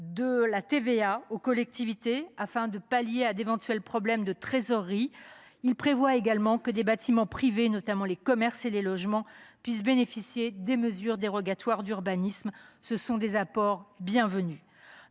ajoutée aux collectivités, afin de pallier les éventuels problèmes de trésorerie. Il prévoit également que les bâtiments privés, notamment les commerces et logements, pourront bénéficier des mesures dérogatoires d’urbanisme. Ces deux apports sont bienvenus.